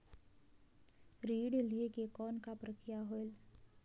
ऋण लहे के कौन का प्रक्रिया होयल?